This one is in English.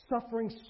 suffering